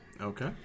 Okay